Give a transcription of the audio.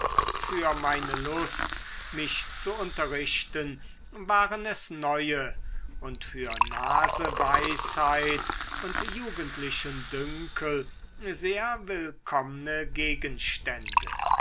für meine lust mich zu unterrichten waren es neue und für naseweisheit und jugendlichen dünkel sehr willkommne gegenstände